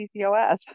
pcos